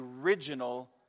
original